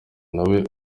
nawe